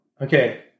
Okay